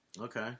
Okay